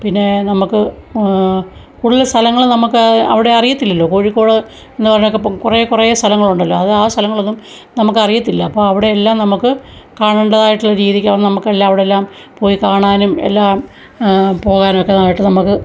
പിന്നേ നമ്മൾക്ക് കൂടുതൽ സ്ഥലങ്ങൾ നമ്മൾക്ക് അവിടെ അറിയത്തില്ലല്ലോ കോഴിക്കോട് എന്ന് പറഞ്ഞ്ക്ക്പ്പം കുറേ കുറേ സ്ഥലങ്ങൾ ഉണ്ടല്ലോ അത് ആ സ്ഥലങ്ങളൊന്നും നമ്മൾക്ക് അറിയത്തില്ല അപ്പോൾ അവിടെ എല്ലാം നമ്മൾക്ക് കാണണ്ടതായിട്ടുള്ള രീതിക്കാണ് നമ്മൾക്ക് എല്ലാ അവിടെ എല്ലാം പോയി കാണാനും എല്ലാം പോകാനൊക്കെ ആയിട്ട് നമ്മൾക്ക്